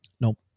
Nope